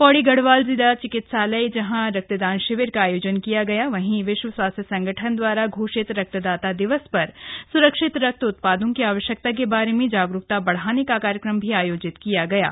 पौड़ी गढ़वाल जिला चिकित्सालय जहां रक्तदान शिविर का आयोजन किया गया वहीं विश्व स्वास्थ्य संगठन द्वारा घोषित रक्तदाता दिवस पर सुरक्षित रक्त उत्पादों की आवश्यकता के बारे में जागरूकता बढ़ाने का कार्यक्रम भी आयोजित किया जाता है